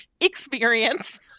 experience